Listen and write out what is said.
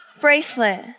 bracelet